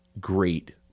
great